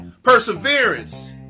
Perseverance